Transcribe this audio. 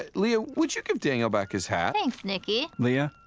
ah leah, would you give daniel back his hat. thanks nicky. leah,